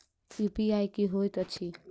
UPI की होइत अछि